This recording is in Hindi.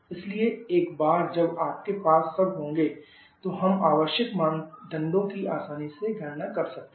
इसलिए एक बार जब आपके पास सब होंगे तो हम आवश्यक मापदंडों की आसानी से गणना कर सकते हैं